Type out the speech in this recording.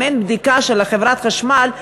אם אין בדיקה של חברת החשמל,